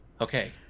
okay